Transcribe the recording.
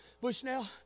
Bushnell